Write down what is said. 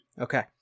Okay